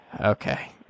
Okay